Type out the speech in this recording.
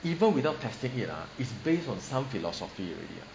even without testing it ah is based on some philosophy already